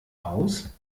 aus